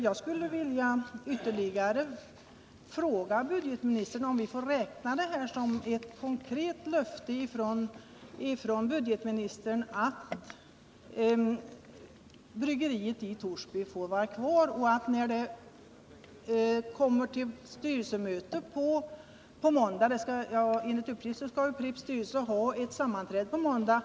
Jag skulle vilja ytterligare fråga budgetministern, om vi får räkna hans uttalande som ett konkret löfte att bryggeriet i Torsby får vara kvar. Enligt uppgift skall Pripps styrelse ha ett sammanträde på måndag.